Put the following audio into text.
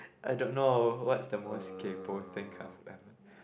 I don't know what's the most kaypoh thing I've ever